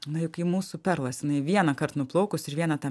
nu juk ji mūsų perlas jinai vienąkart nuplaukus ir vieną tą